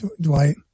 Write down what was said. Dwight